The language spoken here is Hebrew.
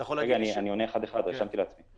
אני עונה אחד-אחד, רשמתי לעצמי.